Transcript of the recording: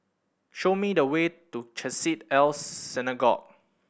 show me the way to Chesed El Synagogue